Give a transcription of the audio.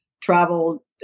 travel